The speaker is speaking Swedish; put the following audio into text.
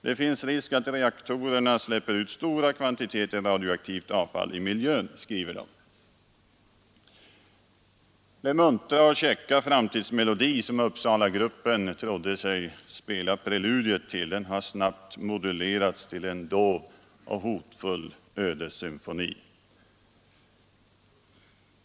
Det finns risk att reaktorerna släpper ut stora kvantiteter radioaktivt avfall i miljön, skriver man. Den muntra och käcka framtidsmelodi som Uppsalagruppen trodde sig spela preludiet till har snabbt modulerats till en dov och hotfull ödessymfoni.